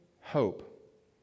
hope